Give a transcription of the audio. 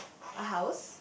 a house